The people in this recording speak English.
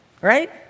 right